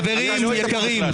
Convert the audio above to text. חברים יקרים,